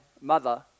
mother